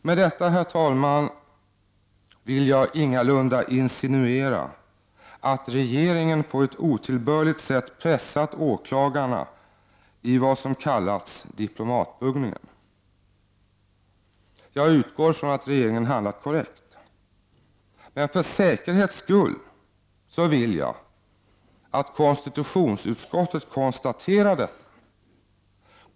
Med detta, herr talman, vill jag ingalunda insinuera att regeringen på ett otillbörligt sätt pressat åklagarna i det ärende som kallats diplomatbuggningen. Jag utgår från att regeringen handlat korrekt. Men för säkerhets skull vill jag att konstitutionsutskottet konstaterar detta.